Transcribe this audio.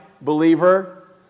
believer